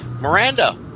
Miranda